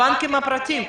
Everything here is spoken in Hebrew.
הבנקים הפרטיים.